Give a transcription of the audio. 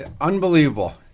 unbelievable